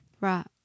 Right